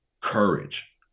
courage